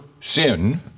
sin